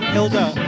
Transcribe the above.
Hilda